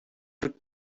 doute